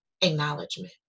acknowledgement